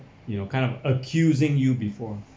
you know kind of accusing you before